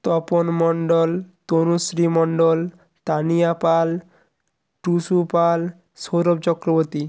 Tapan Mondal Tanushree Mondal Tania Pal Tusu Pal Sourav Chakraborty